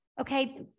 Okay